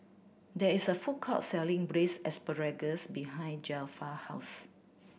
there is a food court selling Braised Asparagus behind Zelpha house